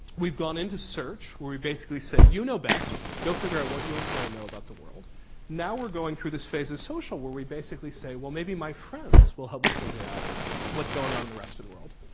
we've gone into search where we basically say you know best, go figure out what you want to know about the world. and now we're going through this phase of social where we basically say, well, maybe my friends will help me figure out what's going on in the rest of the world.